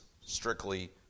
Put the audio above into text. strictly